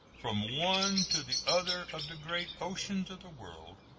from one to the other of the great oceans of the world,